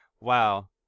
Wow